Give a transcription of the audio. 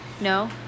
No